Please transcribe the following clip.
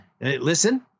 Listen